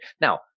Now